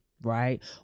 right